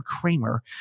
Kramer